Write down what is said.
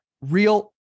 Real